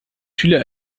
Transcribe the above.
schüler